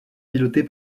pilotée